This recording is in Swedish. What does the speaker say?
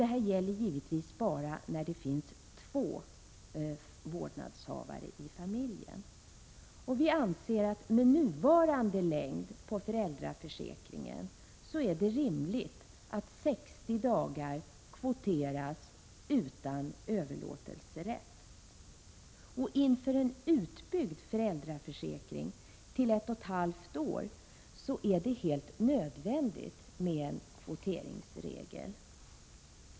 Detta gäller givetvis bara när det finns två vårdnadshavare i familjen. Med nuvarande längd på föräldraledigheten är det rimligt att 60 dagar kvoteras utan överlåtelserätt. Inför en utbyggnad av föräldraförsäkringen till ett och ett halvt år är det helt nödvändigt med en kvoteringsregel.